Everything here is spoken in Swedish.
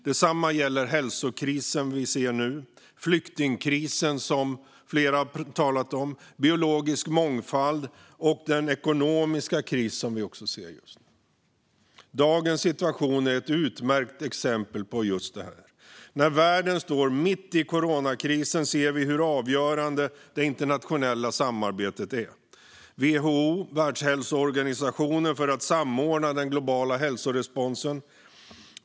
Detsamma gäller hälsokrisen vi ser nu, flyktingkrisen som flera har talat om, biologisk mångfald och den ekonomiska kris som vi också ser just nu. Dagens situation är ett utmärkt exempel på just detta. När världen står mitt i coronakrisen ser vi hur avgörande det internationella samarbetet är. WHO, Världshälsoorganisationen, som ska samordna den globala hälsoresponsen.